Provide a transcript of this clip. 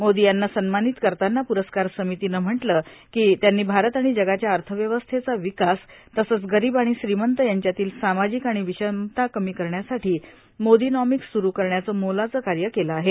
मोदी यांना सन्मानित करतांना प्रस्कार समितीनं म्हटलं की त्यांनी भारत आणि जगाच्या अर्थव्यवस्थेचा विकास तसंच गरीब आणि श्रीमंत यांच्यातली सामाजिक आणि विषमता कमी करण्यासाठी मोदीनॉमिक्स स्रू करण्याचं मोलाचं कार्य केलं आहे